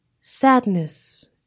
sadness